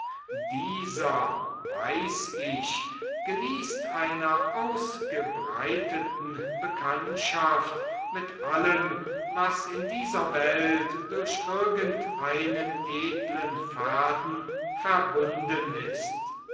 dieser weiß ich genießt einer ausgebreiteten bekanntschaft mit allem was in dieser welt durch irgendeinen edlen faden verbunden ist